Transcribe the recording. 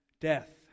death